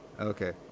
Okay